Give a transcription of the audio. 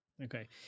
okay